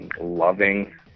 loving